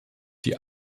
die